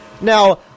Now